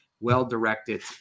well-directed